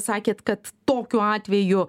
sakėt kad tokiu atveju